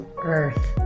earth